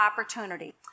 opportunity